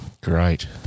Great